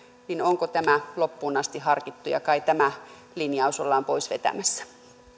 onko tämä loppuun asti harkittu ja kai tämä linjaus ollaan pois vetämässä